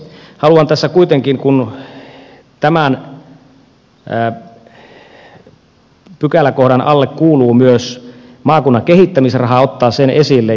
haluan tässä kuitenkin kun tämän pykäläkohdan alle kuuluu myös maakunnan kehittämisraha ottaa sen esille